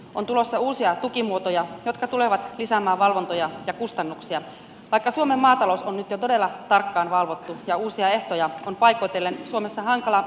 on tulossa uusia tukimuotoja jotka tulevat lisäämään valvontoja ja kustannuksia vaikka suomen maatalous on jo nyt todella tarkkaan valvottu ja uusia ehtoja on paikoitellen suomessa hankala noudattaa